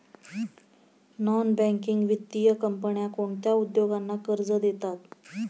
Non banking वित्तीय कंपन्या कोणत्या उद्योगांना कर्ज देतात?